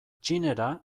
txinera